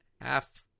half